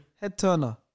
Head-turner